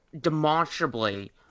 demonstrably